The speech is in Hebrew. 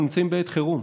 אנחנו נמצאים בעת חירום,